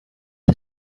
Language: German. für